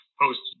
post